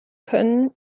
können